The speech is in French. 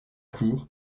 cour